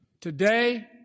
Today